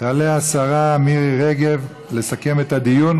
תעלה השרה מירי רגב לסכם את הדיון,